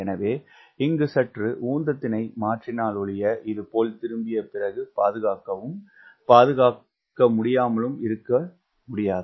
எனவே இங்கு சற்று உந்தத்தினை மாற்றினாலொழிய இது போல் திரும்பிய பிறகு பாதுகாக்கவும் பாதுகாக்காமலும் இருக்கமுடியாது